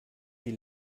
die